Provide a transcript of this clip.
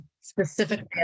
specifically